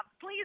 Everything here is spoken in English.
please